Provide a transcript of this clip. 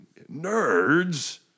nerds